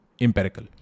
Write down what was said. Empirical